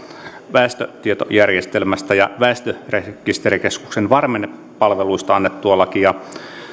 väestötietojärjestelmästä ja väestörekisterikeskuksen varmennepalveluista annettua lakia